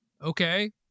Okay